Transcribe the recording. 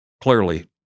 clearly